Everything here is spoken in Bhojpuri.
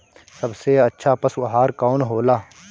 सबसे अच्छा पशु आहार कवन हो ला?